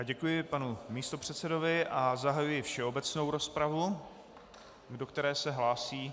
Děkuji panu místopředsedovi a zahajuji všeobecnou rozpravu, do které se hlásí...